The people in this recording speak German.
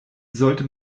sollte